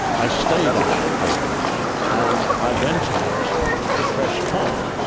i stayed up in cambridge and i went out to fresh pond.